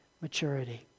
maturity